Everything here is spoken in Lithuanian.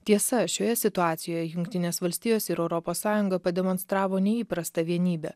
tiesa šioje situacijoje jungtinės valstijos ir europos sąjunga pademonstravo neįprastą vienybę